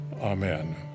Amen